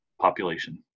population